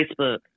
Facebook